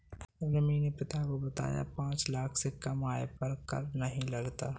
रिमी ने पिता को बताया की पांच लाख से कम आय पर कर नहीं लगता